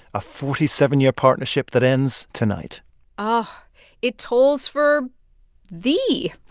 a forty seven year partnership that ends tonight um it tolls for thee,